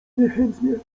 niechętnie